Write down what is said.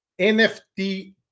NFT